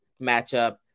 matchup